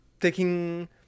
taking